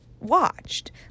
watched